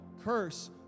curse